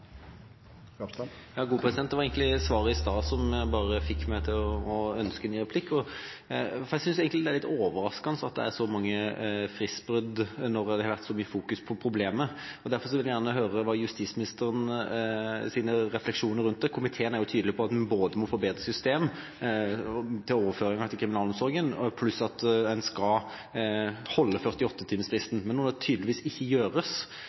Det var egentlig svaret i stad som fikk meg til å ønske en ny replikk. Jeg synes egentlig det er litt overraskende at det er så mange fristbrudd når det har vært fokusert så mye på problemet. Derfor vil jeg gjerne høre justisministerens refleksjoner rundt det. Komiteen er tydelig på at en må få et bedre system for overføring til kriminalomsorgen, pluss at en skal holde 48-timersfristen. Men når noe tydeligvis ikke gjøres,